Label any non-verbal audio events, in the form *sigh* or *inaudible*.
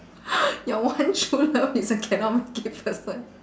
*laughs* your one true love is a cannot make it person